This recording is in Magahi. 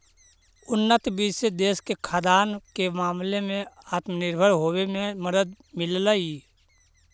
उन्नत बीज से देश के खाद्यान्न के मामले में आत्मनिर्भर होवे में मदद मिललई